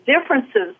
differences